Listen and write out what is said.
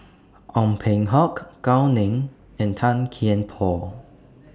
Ong Peng Hock Gao Ning and Tan Kian Por